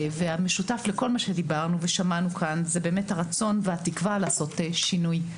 והמשותף לכל מה שדיברנו ושמענו כאן זה הרצון והתקווה לעשות שינוי.